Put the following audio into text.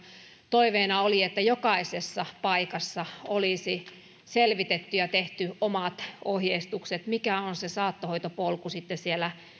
toiveena oli että jokaisessa paikassa olisi selvitetty ja tehty omat ohjeistukset mikä on se saattohoitopolku sitten siellä